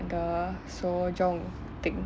the thing